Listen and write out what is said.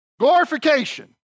Glorification